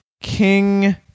King